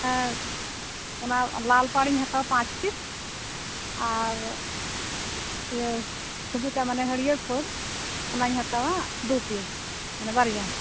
ᱟᱨ ᱚᱱᱟ ᱞᱟᱞ ᱯᱟᱲᱤᱧ ᱦᱟᱛᱟᱣᱟ ᱯᱟᱸᱪ ᱯᱤᱥ ᱟᱨ ᱤᱭᱟᱹ ᱥᱩᱵᱩᱡᱟᱜ ᱢᱟᱱᱮ ᱦᱟᱹᱨᱭᱟᱹᱲ ᱯᱟᱹᱲ ᱚᱱᱟᱹᱧ ᱦᱟᱛᱟᱣᱟ ᱫᱩ ᱯᱤᱥ ᱢᱟᱱᱮ ᱵᱟᱨᱭᱟ